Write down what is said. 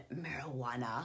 marijuana